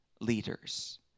leaders